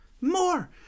More